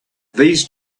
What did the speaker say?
these